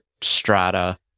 strata